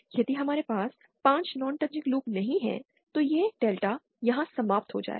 यदि हमारे पास 5 नॉन टचिंग लूप नहीं हैं तो यह डेल्टा यहां समाप्त हो जाएगा